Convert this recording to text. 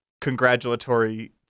congratulatory